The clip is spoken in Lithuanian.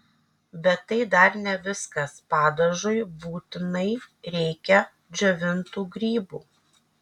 bet tai dar ne viskas padažui būtinai reikia džiovintų grybų